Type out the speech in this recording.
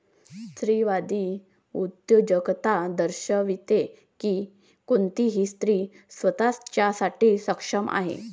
स्त्रीवादी उद्योजकता दर्शविते की कोणतीही स्त्री स्वतः साठी सक्षम आहे